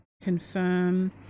confirm